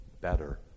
better